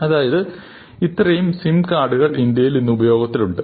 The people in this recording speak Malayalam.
അതായത് ഇത്രയും സിം കാർഡുകൾ ഇന്ത്യയിൽ ഇന്ന് ഉപയോഗത്തിലുണ്ട്